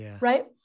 right